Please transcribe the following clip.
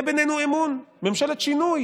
בבקשה, ידידי.